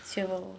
sure bo